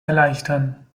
erleichtern